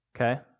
Okay